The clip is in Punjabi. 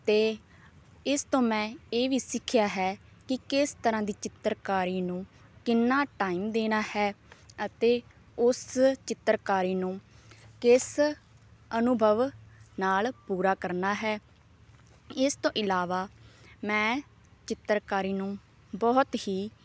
ਅਤੇ ਇਸ ਤੋਂ ਮੈਂ ਇਹ ਵੀ ਸਿੱਖਿਆ ਹੈ ਕਿ ਕਿਸ ਤਰ੍ਹਾਂ ਦੀ ਚਿੱਤਰਕਾਰੀ ਨੂੰ ਕਿੰਨਾ ਟਾਈਮ ਦੇਣਾ ਹੈ ਅਤੇ ਉਸ ਚਿੱਤਰਕਾਰੀ ਨੂੰ ਕਿਸ ਅਨੁਭਵ ਨਾਲ ਪੂਰਾ ਕਰਨਾ ਹੈ ਇਸ ਤੋਂ ਇਲਾਵਾ ਮੈਂ ਚਿੱਤਰਕਾਰੀ ਨੂੰ ਬਹੁਤ ਹੀ